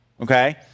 okay